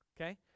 Okay